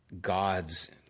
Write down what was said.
God's